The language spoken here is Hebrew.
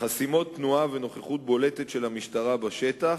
חסימות תנועה ונוכחות בולטת של המשטרה בשטח,